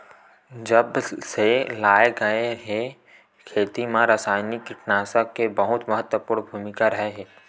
जब से लाए गए हे, खेती मा रासायनिक कीटनाशक के बहुत महत्वपूर्ण भूमिका रहे हे